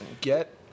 Get